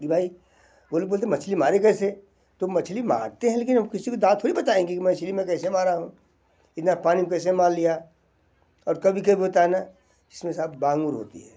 कि भाई वो लोग बोलते मछली मारे कैसे तो मछली मारते हैं लेकिन वो किसी को दाँव थोड़ी बताएंगे कि मछली मैं कैसे मारा हूँ बिना पानी में कैसे मार लिया और कभी कभी होता है ना इसमें सब बांगुर होती है